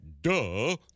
Duh